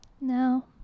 No